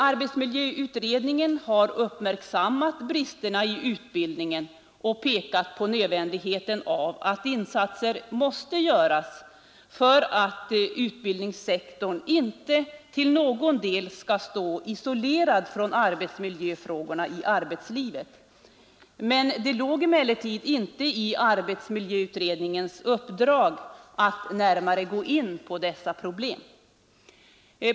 Arbetsmiljöutredningen har uppmärksammat bristerna i utbildningen och pekat på nödvändigheten av att insatser görs för att utbildningssektorn inte till någon del skall stå isolerad från arbetsmiljöfrågorna i arbetslivet; men det låg inte i utredningens uppdrag att gå närmare in på dessa problem.